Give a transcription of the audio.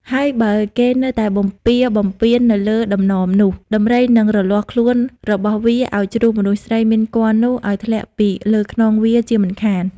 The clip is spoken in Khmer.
ហើយបើគេនៅតែបំពារបំពានទៅលើតំណមនោះ ដំរីនិងរលាស់ខ្លួនរបស់វាឱ្យជ្រុះមនុស្សស្រីមានគភ៌នោះឱ្យធ្លាក់ពីលើខ្នងវាជាមិនខាន។